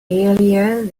earlier